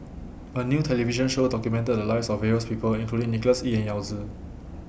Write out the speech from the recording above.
A New television Show documented The Lives of various People including Nicholas Ee and Yao Zi